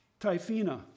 Typhina